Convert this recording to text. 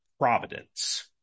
providence